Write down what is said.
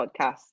podcast